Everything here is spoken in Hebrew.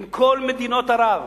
עם כל מדינות ערב.